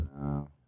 no